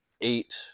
eight